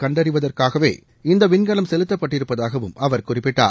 கண்டறிவதற்காகவே இந்த விண்கலம் செலுத்தப்பட்டிருப்பதாகவும் அவர் குறிப்பிட்டார்